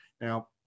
Now